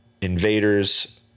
invaders